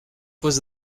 was